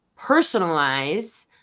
personalize